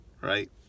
right